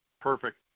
Perfect